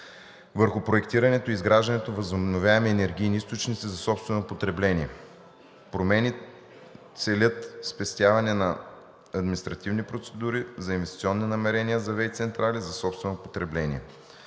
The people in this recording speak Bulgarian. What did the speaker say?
върху проектирането и изграждането на възобновяеми енергийни източници за собствено потребление. Промените целят спестяването на административни процедури за инвестиционни намерения за ВЕИ централи за собствено потребление.